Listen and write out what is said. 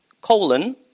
colon